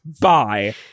Bye